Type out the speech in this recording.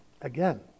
Again